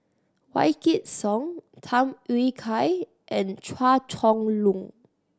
Wykidd Song Tham Yui Kai and Chua Chong Long